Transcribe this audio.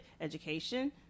education